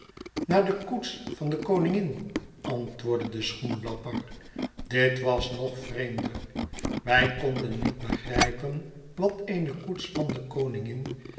naar de koets van de koningin antwoordde de schoenlapper dit was nog vreemder wij konden niet begrijpen wat eene koets van de koningin